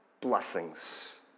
blessings